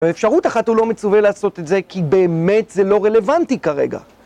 אפשרות אחת הוא לא מצווה לעשות את זה כי באמת זה לא רלוונטי כרגע